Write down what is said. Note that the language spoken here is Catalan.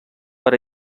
per